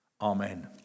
Amen